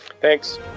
Thanks